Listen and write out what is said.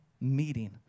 meeting